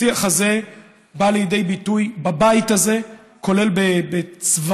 השיח הזה בא לידי ביטוי בבית הזה, כולל בצווחות,